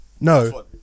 No